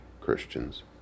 Christians